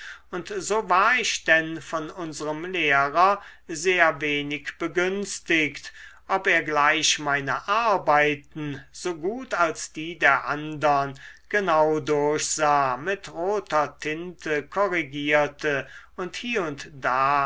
und so war ich denn von unserem lehrer sehr wenig begünstigt ob er gleich meine arbeiten so gut als die der andern genau durchsah mit roter tinte korrigierte und hie und da